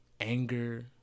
anger